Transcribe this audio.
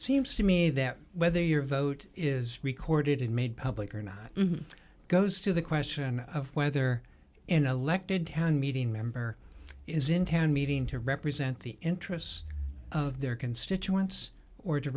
seems to me that whether your vote is recorded and made public or not goes to the question of whether in elected town meeting member is in town meeting to represent the interests of their constituents or to